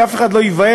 שאף אחד לא ייבהל,